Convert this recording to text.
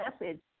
message